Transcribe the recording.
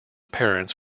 parents